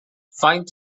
faint